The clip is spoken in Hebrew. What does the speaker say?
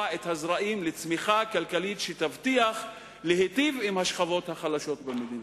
את הזרעים לצמיחה כלכלית שתיטיב עם השכבות החלשות במדינה.